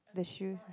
the shoes !huh!